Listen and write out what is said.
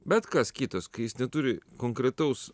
bet kas kitas kai jis neturi konkretaus